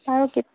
আৰু